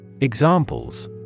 Examples